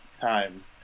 time